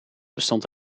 bestond